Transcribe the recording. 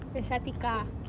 that's atiqah